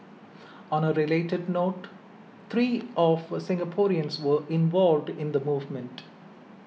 on a related note three of Singaporeans were involved in the movement